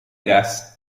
guess